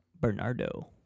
Bernardo